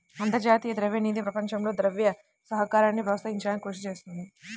అంతర్జాతీయ ద్రవ్య నిధి ప్రపంచంలో ద్రవ్య సహకారాన్ని ప్రోత్సహించడానికి కృషి చేస్తుంది